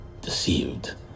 deceived